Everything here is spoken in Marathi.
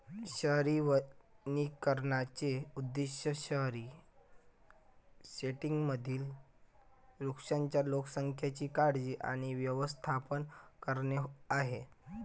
शहरी वनीकरणाचे उद्दीष्ट शहरी सेटिंग्जमधील वृक्षांच्या लोकसंख्येची काळजी आणि व्यवस्थापन करणे आहे